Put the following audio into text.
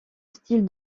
style